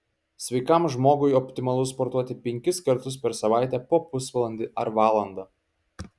sveikam žmogui optimalu sportuoti penkis kartus per savaitę po pusvalandį ar valandą